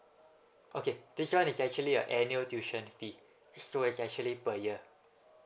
okay this one is actually a annual tuition fee so is actually per year